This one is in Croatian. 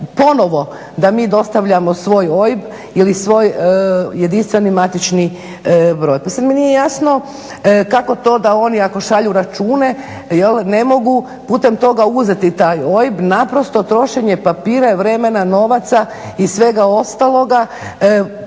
da mi dostavljamo svoj OIB ili svoj jedinstveni matični broj. Pa sad mi nije jasno kako to da oni ako šalju račune ne mogu putem toga uzeti taj OIB, naprosto trošenje papira i vremena, novaca i svega ostaloga,